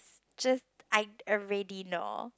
just I already know